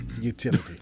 Utility